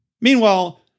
Meanwhile